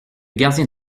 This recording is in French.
gardien